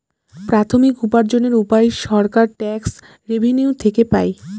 প্রাথমিক উপার্জনের উপায় সরকার ট্যাক্স রেভেনিউ থেকে পাই